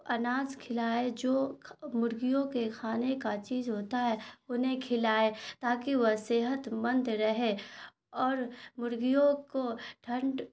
اناج کھلائے جو مرغیوں کے کھانے کا چیز ہوتا ہے انہیں کھلائے تاکہ وہ صحت مند رہے اور مرغیوں کو ٹھنڈ